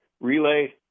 relay